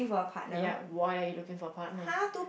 ya why are you looking for a partner